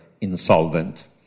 insolvent